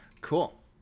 Cool